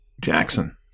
Jackson